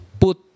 Put